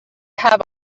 have